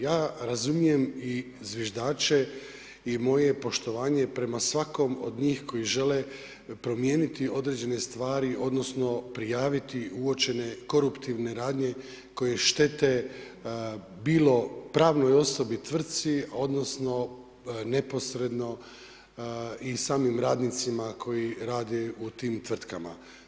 Ja razumijem i zviždače i moje poštovanje prema svakom od njih koji žele promijeniti određene stvari odnosno prijaviti uočene koruptivne radnje koje štete bilo pravnoj osobi, tvrtci odnosno neposredno i samim radnicima koji rade u tvrtkama.